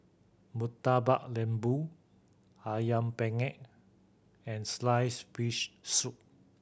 Murtabak Lembu Ayam Penyet and slice fish soup